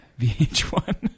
VH1